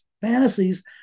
fantasies